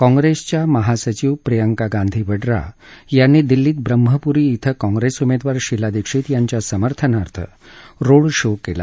काँग्रेसच्या महासचिव प्रियंका गांधी वड्रा यांनी दिल्लीत ब्रम्हपुरी ििं काँग्रेस उमेदवार शीला दिक्षीत यांच्या समर्थनार्थ रोड शो केला